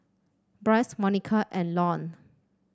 Brice Monika and Lon